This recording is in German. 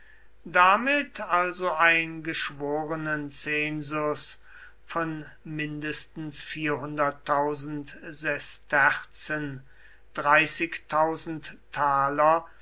damit also ein geschworenenzensus von mindestens sesterzen